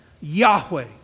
Yahweh